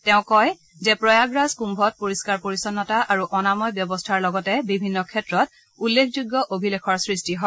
তেওঁ কয় যে প্ৰয়াগৰাজ কুম্ভত পৰিহ্বাৰ পৰিচ্ছন্নতা আৰু অনাময় ব্যস্থাৰ লগতে বিভিন্ন ক্ষেত্ৰত উল্লেখযোগ্য অভিলেখৰ সৃষ্টি হয়